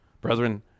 Brethren